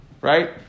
right